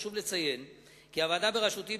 חשוב לציין כי הוועדה בראשותי,